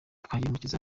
twagirumukiza